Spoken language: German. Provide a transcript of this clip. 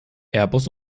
airbus